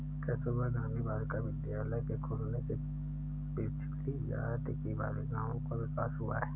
कस्तूरबा गाँधी बालिका विद्यालय के खुलने से पिछड़ी जाति की बालिकाओं का विकास हुआ है